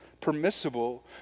permissible